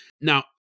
Now